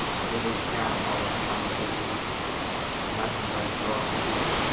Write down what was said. or deuils dam, ile coniure thee blood will i draw on thee,